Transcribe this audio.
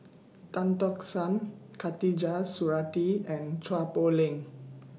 Tan Tock San Khatijah Surattee and Chua Poh Leng